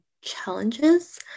challenges